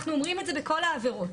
אנחנו אומרים את זה בכל העבירות.